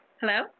Hello